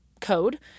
code